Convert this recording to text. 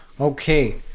Okay